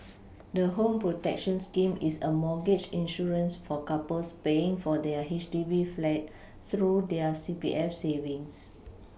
the home protection scheme is a mortgage insurance for couples paying for their H D B flat through their C P F savings